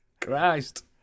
Christ